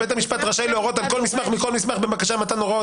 הרי בית המשפט רשאי להורות על כל מסמך בבקשה למתן ההוראות.